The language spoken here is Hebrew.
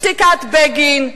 שתיקת בגין,